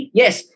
yes